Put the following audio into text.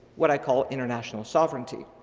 what i call international sovereignty.